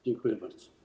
Dziękuję bardzo.